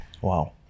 wow